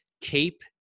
keep